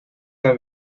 gaan